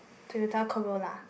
Toyota Corolla